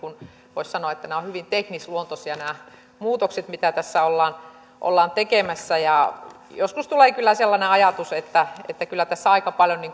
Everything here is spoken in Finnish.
voisi sanoa että nämä ovat hyvin teknisluontoisia nämä muutokset mitä tässä ollaan ollaan tekemässä joskus tulee kyllä sellainen ajatus että kyllä tässä aika paljon